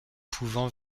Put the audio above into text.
pouvant